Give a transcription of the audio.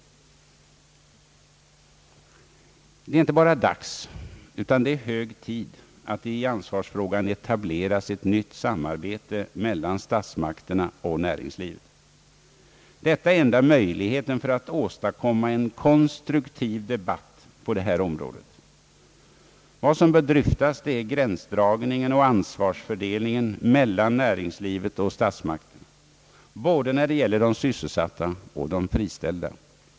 Det är inte bara dags utan hög tid att det i ansvarsfrågan etableras nytt samarbete mellan statsmakterna och näringslivet. Detta är enda möjligheten att åstadkomma en konstruktiv debatt på detta område. Vad som bör dryftas är gränsdragningen och <:ansvarsfördelningen mellan näringslivet och statsmakterna när det gäller både de sysselsatta och de friställda.